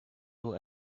will